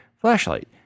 flashlight